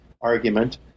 argument